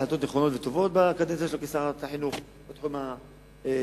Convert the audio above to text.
החלטות נכונות וטובות בקדנציה שלך כשרת החינוך בתחום התקציבי.